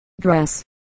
dress